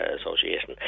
Association